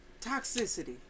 toxicity